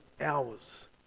hours